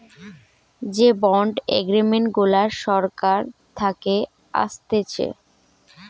যে bond agreement গুলা সরকার থাকে আসতেছে